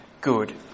good